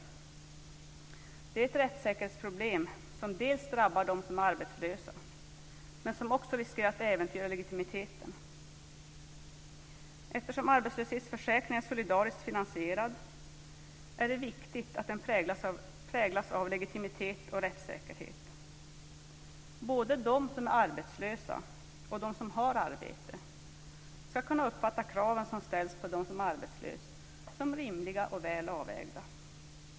Det är ett rättssäkerhetsproblem som drabbar dem som är arbetslösa men som också riskerar att äventyra legitimiteten. Eftersom arbetslöshetsförsäkringen är solidariskt finansierad är det viktigt att den präglas av legitimitet och rättssäkerhet. Både de som är arbetslösa och de som har arbete ska kunna uppfatta kraven som ställs på dem som är arbetslösa som rimliga och väl avvägda.